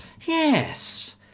Yes